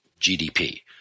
GDP